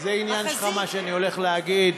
זה עניין שלך מה שאני הולך להגיד.